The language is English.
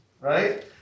right